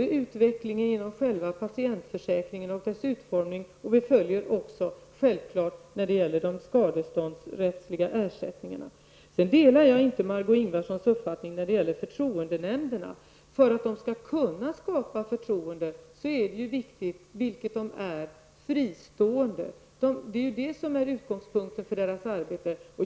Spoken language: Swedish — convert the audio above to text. utvecklingen inom själva patientförsäkringen och dess utformning som de skadeståndsrättsliga ersättningarna. Jag delar inte Margó Ingvardssons uppfattning om förtroendenämnderna. För att de skall kunna skapa förtroende är det viktigt att de är fristående. Det är det som är själva utgångspunkten i deras arbete.